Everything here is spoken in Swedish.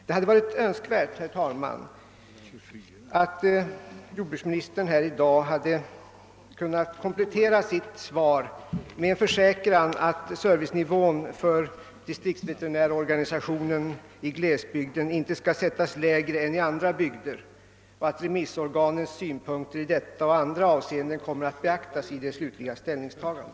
Det hade varit önskvärt, herr talman, att jordbruksministern här i dag hade kunnat komplettera sitt svar med en försäkran att servicenivån för distriktsveterinärorganisationen i glesbygden inte skall sättas lägre än i andra bygder och att remissorganens synpunkter i detta och andra avseenden kommer att beaktas vid det slutliga ställningstagandet.